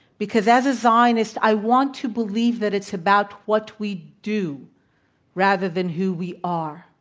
because, as a zionist, i want to believe that it's about what we do rather than who we are.